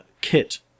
kit